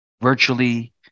virtually